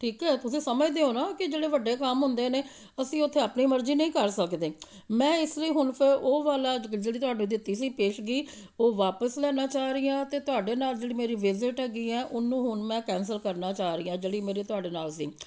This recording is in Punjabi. ਠੀਕ ਹੈ ਤੁਸੀਂ ਸਮਝਦੇ ਹੋ ਨਾ ਕਿ ਜਿਹੜੇ ਵੱਡੇ ਕੰਮ ਹੁੰਦੇ ਨੇ ਅਸੀਂ ਉੱਥੇ ਆਪਣੀ ਮਰਜ਼ੀ ਨਹੀਂ ਕਰ ਸਕਦੇ ਮੈਂ ਇਸ ਲਈ ਹੁਣ ਫਿਰ ਉਹ ਵਾਲਾ ਜ ਜਿਹੜੀ ਤੁਹਾਡੇ ਦਿੱਤੀ ਸੀ ਪੇਸ਼ਗੀ ਉਹ ਵਾਪਸ ਲੈਣਾ ਚਾਹ ਰਹੀ ਹਾਂ ਅਤੇ ਤੁਹਾਡੇ ਨਾਲ਼ ਜਿਹੜੀ ਮੇਰੀ ਵਿਜ਼ਿਟ ਹੈਗੀ ਆ ਉਹਨੂੰ ਹੁਣ ਮੈਂ ਕੈਂਸਲ ਕਰਨਾ ਚਾਹ ਰਹੀ ਹਾਂ ਜਿਹੜੀ ਮੇਰੀ ਤੁਹਾਡੇ ਨਾਲ਼ ਸੀ